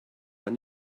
and